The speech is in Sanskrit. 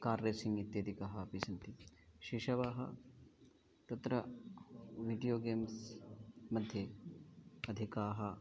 कार् रेसिङ्ग् इत्यादयः अपि सन्ति शिशवः तत्र वीडियो गेम्स् मध्ये अधिकाः